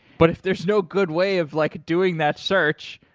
but if there's no good way of like doing that search,